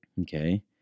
Okay